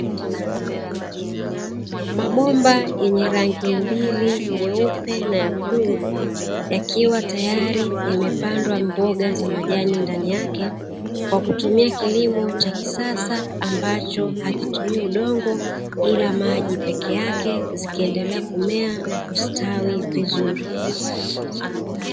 Mabomba yenye rangi mbili ,nyeupe na ya bluu yakiwa tayari yamepandwa mboga ndani yake kwa kutumia kilimo cha kisasa ambacho akitumii udongo ila maji peke yake zikiendelea kumea na kustawi vizuri.